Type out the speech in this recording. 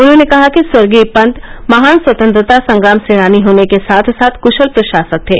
उन्होंने कहा कि स्वर्गीय पंत महान स्वतंत्रता संग्राम सेनानी होने के साथ साथ कुशल प्रशासक थे